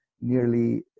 nearly